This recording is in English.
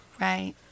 right